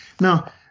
Now